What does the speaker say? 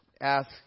ask